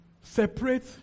separate